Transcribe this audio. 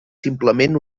simplement